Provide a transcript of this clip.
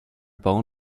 bon